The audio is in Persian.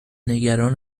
نگران